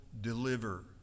deliver